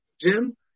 Jim